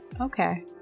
Okay